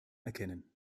erkennen